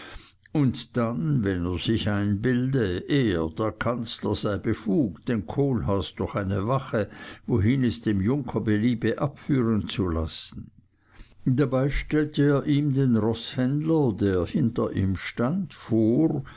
und dann wenn er sich einbilde er der kanzler sei befugt den kohlhaas durch eine wache wohin es dem junker beliebe abführen zu lassen dabei stellte er ihm den roßhändler der hinter ihm stand vor